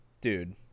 Dude